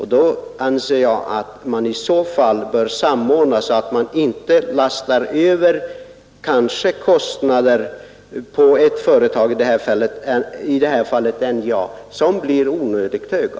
Jag anser alltså att man bör försöka samordna det så att ett statligt företag som SJ inte lastar över kostnader på ett företag, i detta fall NJA, mer än vad andra behöver bära.